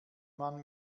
man